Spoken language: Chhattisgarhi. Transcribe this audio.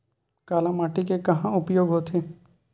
काली माटी के कहां कहा उपयोग होथे?